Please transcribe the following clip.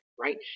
right